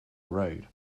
road